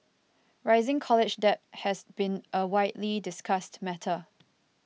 rising college debt has been a widely discussed matter